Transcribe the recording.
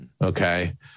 Okay